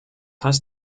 heißt